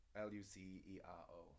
l-u-c-e-r-o